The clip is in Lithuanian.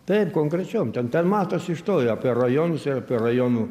taip konkrečiom ten ten matosi iš toli apie rajonus ir apie rajonų